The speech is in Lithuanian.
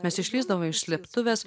mes išlįsdavome iš slėptuvės